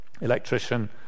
electrician